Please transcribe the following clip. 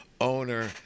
owner